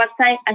website